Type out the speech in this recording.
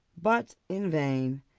but in vain.